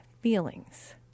feelings